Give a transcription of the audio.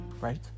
right